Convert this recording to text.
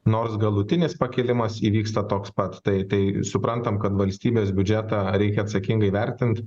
nors galutinis pakilimas įvyksta toks pats tai tai suprantam kad valstybės biudžetą reikia atsakingai vertint